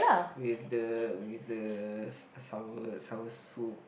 with the with the sour sour soup